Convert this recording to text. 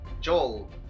joel